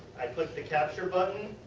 i click the capture button